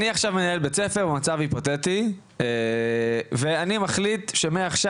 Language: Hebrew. אני עכשיו מנהל בית ספר מצב היפותטי ואני מחליט מעכשיו,